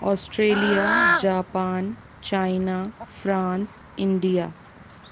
Australia Japan China France India